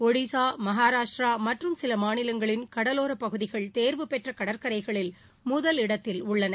ஒடிசா மகாராஷ்டிரா மற்றும் சில மாநிலங்களின் கடலோர பகுதிகள் தேர்வு பெற்ற கடற்கரைகளில் முதலிடத்தில் உள்ளன